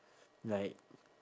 like